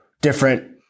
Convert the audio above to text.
different